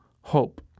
hope